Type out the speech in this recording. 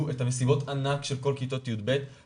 אני חושב שהבעיה עם היישום של אמנת זכויות הילד הבינלאומית במדינת